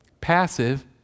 Passive